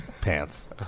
Pants